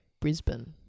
Brisbane